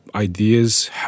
Ideas